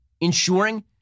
ensuring